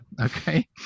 okay